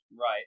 right